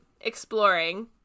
exploring